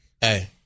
Hey